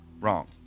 wrong